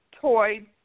toy